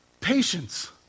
Patience